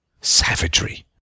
savagery